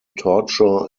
torture